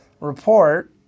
report